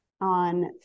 on